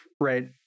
right